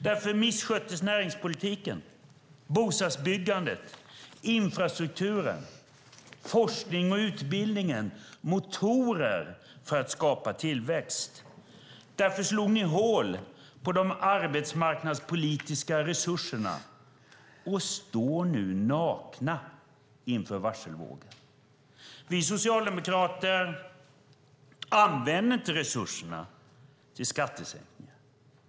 Därför missköttes näringspolitiken, bostadsbyggandet, infrastrukturen, forskningen och utbildningen - motorer för att skapa tillväxt. Därför slog ni hål på de arbetsmarknadspolitiska resurserna och står nu nakna inför varselvågen. Vi socialdemokrater använder inte resurserna till skattesänkningar.